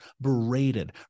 berated